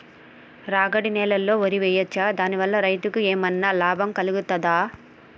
రాగడి నేలలో వరి వేయచ్చా దాని వల్ల రైతులకు ఏమన్నా భయం కలుగుతదా?